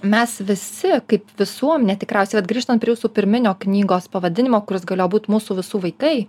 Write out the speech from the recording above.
mes visi kaip visuomenė tikriausiai vat grįžtant prie jūsų pirminio knygos pavadinimo kuris galėjo būt mūsų visų vaikai